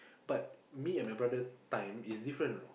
but me and my brother time is different you know